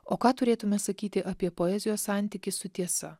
o ką turėtume sakyti apie poezijos santykį su tiesa